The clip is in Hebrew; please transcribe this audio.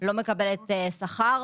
לא מקבלת שכר.